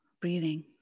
breathing